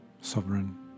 sovereign